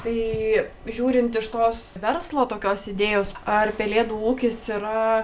tai žiūrint iš tos verslo tokios idėjos ar pelėdų ūkis yra